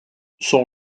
son